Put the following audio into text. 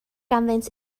ganddynt